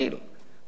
מה ההצדקה לזה?